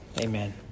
Amen